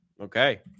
Okay